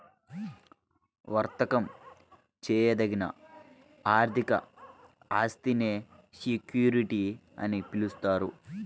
వర్తకం చేయదగిన ఆర్థిక ఆస్తినే సెక్యూరిటీస్ అని పిలుస్తారు